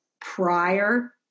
prior